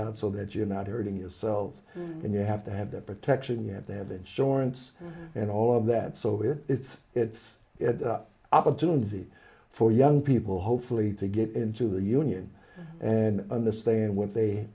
out so that you're not hurting yourselves and you have to have the protection you have to have insurance and all of that so it's it's it up opportunity for young people hopefully to get into the union and understand what they